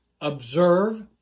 observe